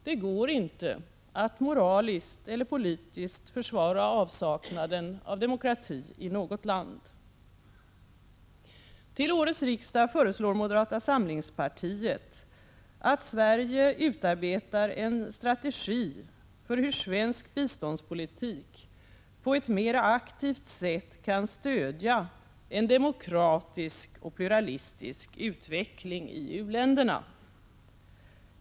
Det går inte att moraliskt eller politiskt försvara avsaknaden av demokrati i något land. Till årets riksmöte föreslår moderata samlingspartiet att Sverige utarbetar en strategi för hur svensk biståndspolitik på ett mera aktivt sätt kan stödja en demokratisk och pluralistisk utveckling i u-länderna.